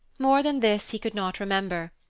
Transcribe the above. more than this he could not remember,